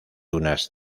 unas